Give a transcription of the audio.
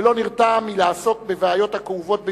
ולא נרתע מלעסוק בבעיות הכאובות ביותר,